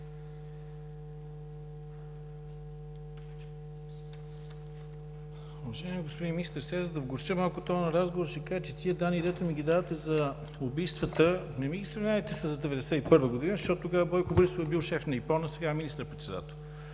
Уважаеми господин Министър, за да вгорча малко този разговор, ще кажа, че тези данни, които ми ги давате за убийствата, не ми ги сравнявайте с 1991 г., щото тогава Бойко Борисов е бил шеф на „Ипон“, а сега е министър-председател.